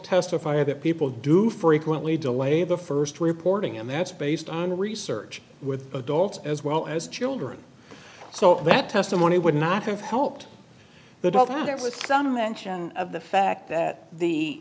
testify that people do frequently delay the first reporting and that's based on research with adults as well as children so that testimony would not have helped that although there was some mention of the fact that the